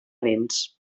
vents